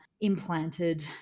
implanted